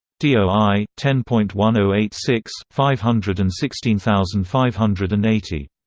doi ten point one zero eight six five hundred and sixteen thousand five hundred and eighty.